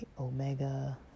omega